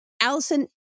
Allison